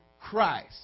Christ